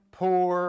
poor